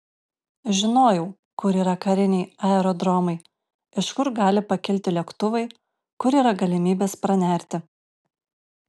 žinojau kur yra kariniai aerodromai iš kur gali pakilti lėktuvai kur yra galimybės pranerti